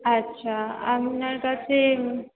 আচ্ছা আপনার কাছে